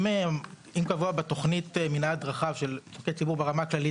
אם קבוע בתוכנית מנעד רחב של צורכי ציבור ברמה הכללית,